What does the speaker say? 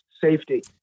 safety